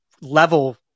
level